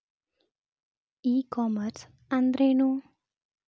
E commerce ಅಂದ್ರೇನು?